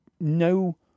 no